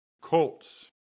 Colts